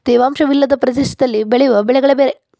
ತೇವಾಂಶ ವಿಲ್ಲದ ಪ್ರದೇಶದಲ್ಲಿ ಬೆಳೆಯುವ ಬೆಳೆಗಳೆ ಬೇರೆ